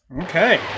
Okay